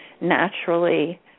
naturally